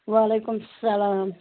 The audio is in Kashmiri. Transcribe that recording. وعلیکُم السلام